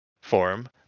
form